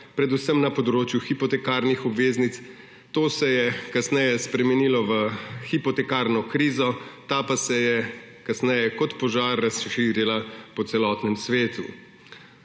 predvsem na področju hipotekarnih obveznic. To se je kasneje spremenilo v hipotekarno krizo, ta pa se je kasneje kot požar razširila po celotnem svetu.